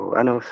ano